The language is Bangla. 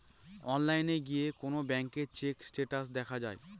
অনলাইনে গিয়ে কোন ব্যাঙ্কের চেক স্টেটাস দেখা যায়